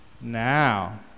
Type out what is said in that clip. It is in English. Now